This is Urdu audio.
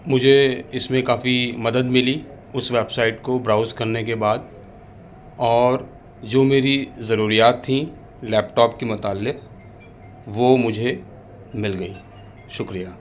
مجھے اس میں کافی مدد ملی اس ویب سائٹ کو براؤز کرنے کے بعد اور جو میری ضروریات تھیں لیپ ٹاپ کے متعلق وہ مجھے مل گئیں شکریہ